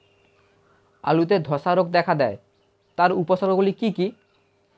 আলুতে ধ্বসা রোগ দেখা দেয় তার উপসর্গগুলি কি কি?